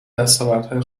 دستاوردهای